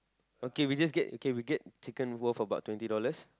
okay we just get we get chicken worth about twenty dollars